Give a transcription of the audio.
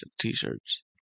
t-shirts